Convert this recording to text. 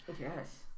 Yes